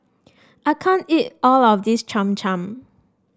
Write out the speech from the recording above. I can't eat all of this Cham Cham